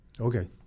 Okay